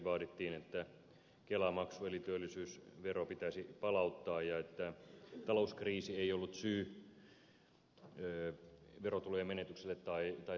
vaadittiin että kelamaksu eli työllisyysvero pitäisi palauttaa ja että talouskriisi ei ollut syy verotulojen menetyksille tai taloustilanteelle